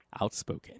Outspoken